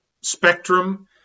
spectrum